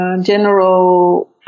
general